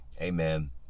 Amen